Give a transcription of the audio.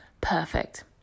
Perfect